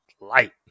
Light